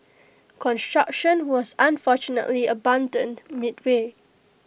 construction was unfortunately abandoned midway